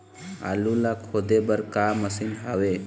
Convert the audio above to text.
आलू ला खोदे बर का मशीन हावे?